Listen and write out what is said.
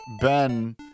Ben